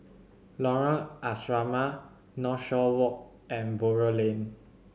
Lorong Asrama Northshore Walk and Buroh Lane